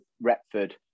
Retford